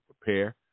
prepare